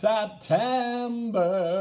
September